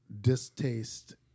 distaste